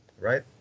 Right